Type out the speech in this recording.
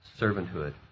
servanthood